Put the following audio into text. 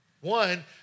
One